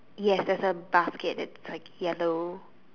yes there's a basket that's like yellow